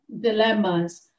dilemmas